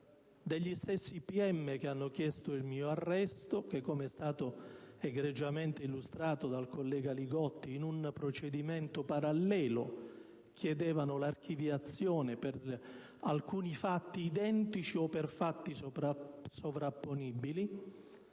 degli stessi PM che hanno chiesto il mio arresto: infatti, come è stato egregiamente illustrato dal collega Li Gotti, in un procedimento parallelo questi chiedevano l'archiviazione per alcuni fatti identici o per fatti sovrapponibili.